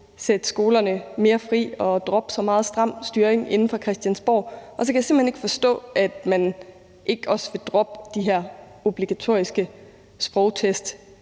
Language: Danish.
sætte skolerne mere fri og droppe så meget stram styring inde fra Christiansborg, og så kan jeg simpelt hen ikke forstå, at man ikke også vil droppe de her obligatoriske sprogtest,